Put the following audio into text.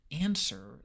answer